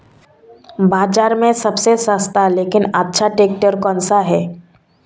बाज़ार में सबसे सस्ता लेकिन अच्छा ट्रैक्टर कौनसा है?